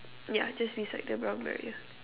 ya just beside the brown barrier